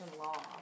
law